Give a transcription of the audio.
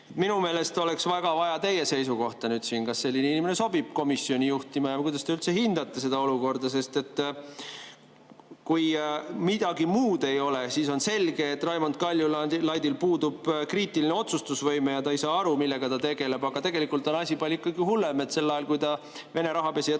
Minu meelest oleks väga vaja teie seisukohta. Kas selline inimene sobib komisjoni juhtima ja kuidas te üldse hindate seda olukorda? Sest kui midagi muud ei ole, siis on selge, et Raimond Kaljulaidil puudub kriitiline otsustusvõime ja ta ei saa aru, millega ta tegeleb. Aga tegelikult on asi ikkagi palju hullem. Sel ajal, kui ta Vene rahapesijate raha